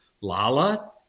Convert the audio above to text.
Lala